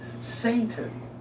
Satan